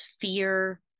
fear